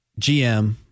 GM